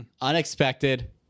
Unexpected